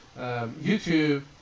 YouTube